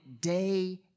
day